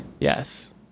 Yes